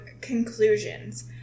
conclusions